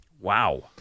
Wow